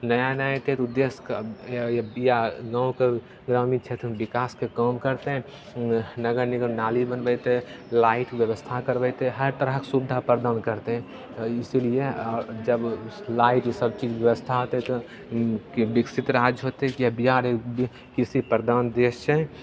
नया नया अयतै तऽ ओ देशके या गाँवके ग्रामीण क्षेत्रमे विकासके काम करतै नगर निगम नाली बनबयतै लाइटके व्यवस्था करबयतै हर तरहके सुविधा प्रदान करतै तऽ इसीलिए आओर जब लाइट इसभ चीज व्यवस्था हेतै तऽ विकसित राज्य होतै किएक बिहार बि कृषि प्रदान देश छै